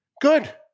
Good